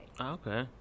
Okay